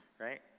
right